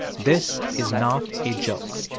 this is not a joke